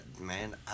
Man